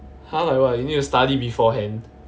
!huh! like what you need to study beforehand